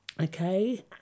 Okay